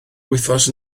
wythnos